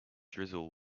drizzle